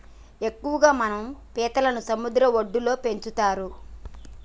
ఎక్కువగా మనం పీతలని సముద్ర వడ్డులో పెంచుతరు